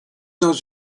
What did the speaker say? dans